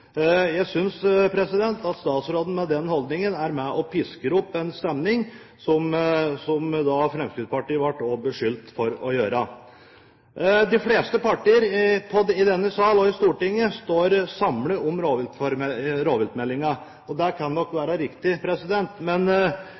Jeg synes at statsråden, med den holdningen, er med på å piske opp en stemning, som Fremskrittspartiet også var beskyldt for å gjøre. De fleste partier i denne sal står samlet om rovviltmeldingen, og det kan nok være riktig.